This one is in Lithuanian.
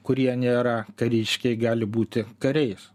kurie nėra kariškiai gali būti kariais